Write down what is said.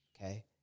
okay